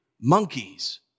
monkeys